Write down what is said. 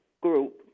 group